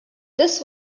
this